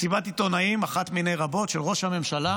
מסיבת עיתונאים, אחת מני רבות של ראש הממשלה,